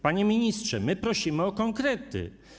Panie ministrze, prosimy o konkrety.